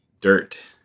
dirt